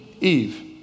Eve